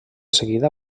seguida